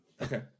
okay